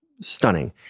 stunning